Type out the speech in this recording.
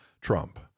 Trump